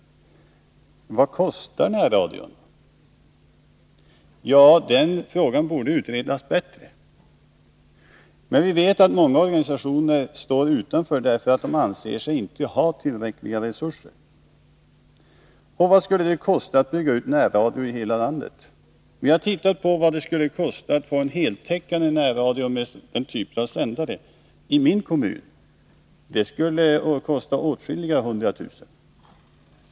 Vad kostar närradion? Ja, den frågan borde utredas bättre. Men vi vet att många organisationer står utanför, därför att de inte anser sig ha tillräckliga resurser. Vad skulle det kosta att bygga ut närradion i hela landet? Vi har undersökt vad det skulle kosta med en heltäckande närradio med den typen av sändare i min hemkommun. Det skulle kosta åtskilliga hundra tusen kronor.